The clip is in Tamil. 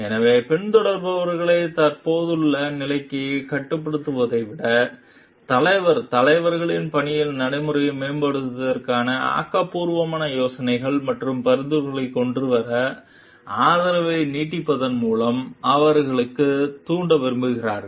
எனவே பின்தொடர்பவர்களை தற்போதுள்ள நிலைக்கு கட்டுப்படுத்துவதை விட தலைவர் தலைவர்கள் பணி நடைமுறைகளை மேம்படுத்துவதற்கான ஆக்கபூர்வமான யோசனைகள் மற்றும் பரிந்துரைகளைக் கொண்டு வர ஆதரவை நீட்டிப்பதன் மூலம் அவர்களைத் தூண்ட விரும்புகிறார்கள்